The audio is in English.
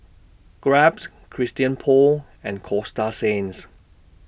Grabs Christian Paul and Coasta Sands